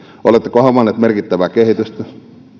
oletteko havainneet merkittävää kehitystä